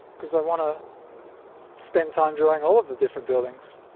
because i want to spend time drawing all of the different buildings.